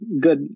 good